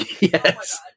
yes